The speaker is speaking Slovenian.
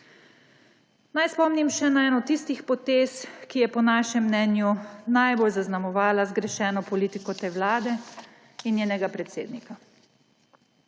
Naj spomnim še na eno tistih potez, ki je po našem mnenju najbolj zaznamovala zgrešeno politiko te vlade in njenega predsednika.